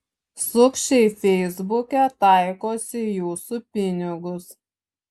sukčiai feisbuke taikosi į jūsų pinigus